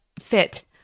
fit